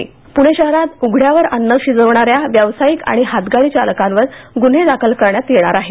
पालिका कारवाई पुणे शहरात उघड्यावर अन्न शिजवणाऱ्या व्यावसायिक आणि हातीगाडी चालकांवर गुन्हे दाखल करण्यात येणार आहेत